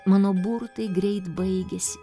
mano burtai greit baigėsi